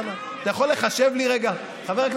רגע,